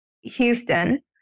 Houston